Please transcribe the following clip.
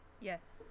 Yes